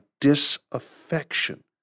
disaffection